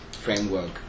framework